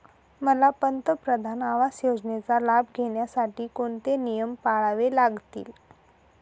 मला पंतप्रधान आवास योजनेचा लाभ घेण्यासाठी कोणते नियम पाळावे लागतील?